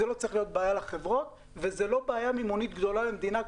זאת לא צריכה להיות בעיה לחברות וזאת לא בעיה מימונית גדולה למדינה.